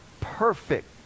perfect